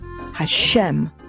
Hashem